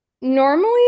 normally